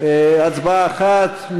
בהצבעה אחת.